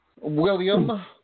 William